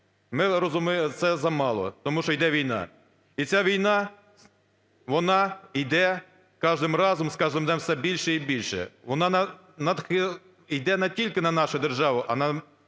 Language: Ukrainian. ми розуміємо, це замало, тому що йде війна. І ця війна вона йде з кожним разом з кожним днем все більше й більше, вона йде не тільки на нашу державу, а на